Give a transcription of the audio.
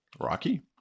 rocky